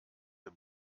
der